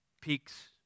Peaks